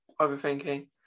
overthinking